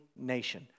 nation